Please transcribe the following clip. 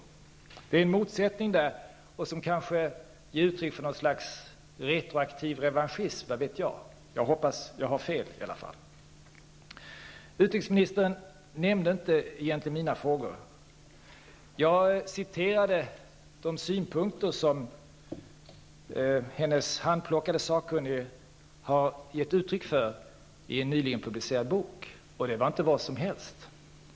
Det är en motsättning som kanske ger uttryck för något slags retroaktiv revanschism, vad vet jag. Jag hoppas i alla fall att jag har fel. Utrikesministern nämnde egentligen inte mina frågor. Jag citerade de synpunkter som hennes handplockade sakkunnige har gett uttryck för i en nyligen publicerad bok, och det var inte vad som helst.